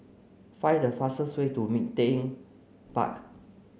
find the fastest way to Ming Teck Park